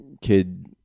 kid